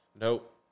Nope